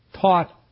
taught